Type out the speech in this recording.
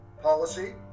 policy